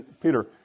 Peter